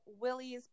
Willie's